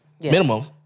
Minimum